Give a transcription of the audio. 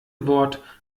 wort